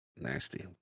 Nasty